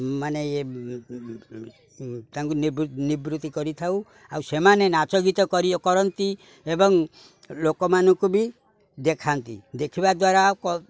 ମାନେ ତାଙ୍କୁ ନିବୃତ୍ତି କରିଥାଉ ଆଉ ସେମାନେ ନାଚଗୀତ କରି କରନ୍ତି ଏବଂ ଲୋକମାନଙ୍କୁ ବି ଦେଖାନ୍ତି ଦେଖିବା ଦ୍ୱାରା